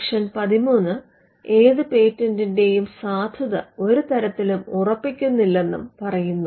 section 13 ഏത് പേറ്റന്റിന്റെയും സാധുത ഒരു തരത്തിലും ഉറപ്പിക്കുന്നില്ലെന്നും പറയുന്നു